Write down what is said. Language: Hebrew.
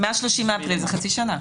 מה-30 באפריל זה חצי שנה.